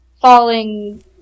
falling